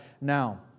now